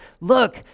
look